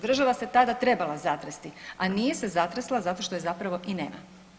Država se tada trebala zatresti, a nije se zatresla zato što je zapravo i nema.